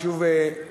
אני שוב מזכיר,